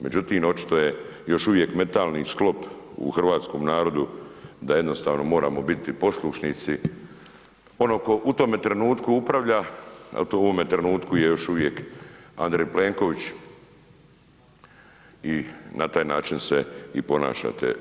Međutim, očito je još uvijek mentalni sklop u hrvatskom narodu da jednostavno moramo biti poslušnici onom tko u tome trenutku upravlja, a to u ovome trenutku je još uvijek Andrej Plenković i na taj način se i ponašate.